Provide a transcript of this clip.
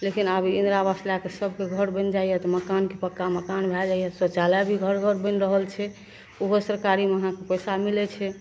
लेकिन आब इन्दिरा आवास लैके सभके घर बनि जाइए तऽ मकानके पक्का मकान भै जाइए शौचालय भी घर घर बनि रहल छै ओहो सरकारीमे अहाँके पइसा मिलै छै